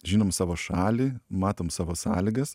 žinom savo šalį matom savo sąlygas